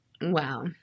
Wow